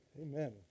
Amen